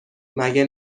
مگه